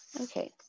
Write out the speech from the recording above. Okay